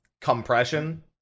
Compression